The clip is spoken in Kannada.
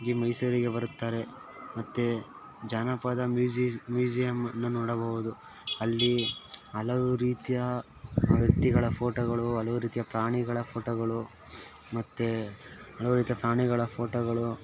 ಮೈಸೂರಿಗೆ ಬರುತ್ತಾರೆ ಮತ್ತು ಜಾನಪದ ಮ್ಯೂಝಿ ಮ್ಯೂಝಿಯಮನ್ನು ನೋಡಬೌದು ಅಲ್ಲಿ ಹಲವು ರೀತಿಯ ವ್ಯಕ್ತಿಗಳ ಫೋಟೋಗಳು ಹಲವು ರೀತಿಯ ಪ್ರಾಣಿಗಳ ಫೋಟೋಗಳು ಮತ್ತು ಹಲವು ರೀತಿಯ ಪ್ರಾಣಿಗಳ ಫೋಟೋಗಳು